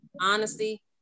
honesty